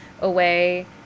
away